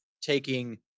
taking